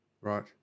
Right